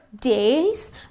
days